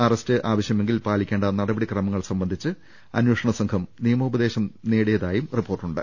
arrest ആവശ്യമെങ്കിൽ പാലിക്കേണ്ട നടപടി ക്രമങ്ങൾ സംബന്ധിച്ച് അന്വേഷണ സംഘം നിയമോപദേശം തേടിയതായും റിപ്പോർട്ടുണ്ട്